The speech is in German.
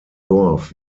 dorf